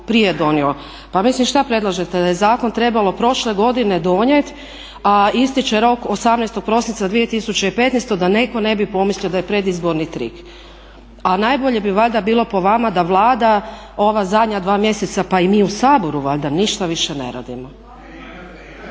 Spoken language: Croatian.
prije donio. Pa mislim šta predlažete, da je zakon trebalo prošle godine donijeti, a istječe rok 18. prosinca 2015. da netko ne bi pomislio da je predizborni trik. A najbolje bi valjda bilo po vama da Vlada ova zadnja dva mjeseca, pa i mi u Saboru valjda ništa više ne radimo.